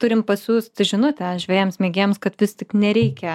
turim pasiųst žinutę žvejams mėgėjams kad vis tik nereikia